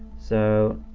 so,